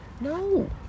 No